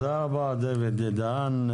תודה רבה, דוד דהן.